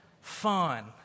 fun